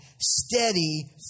steady